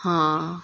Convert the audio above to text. हां